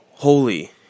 Holy